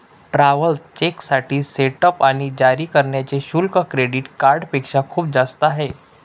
travellers चेकसाठी setup आणि जारी करण्याचे शुल्क क्रेडिट कार्डपेक्षा खूप जास्त आहे